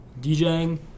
DJing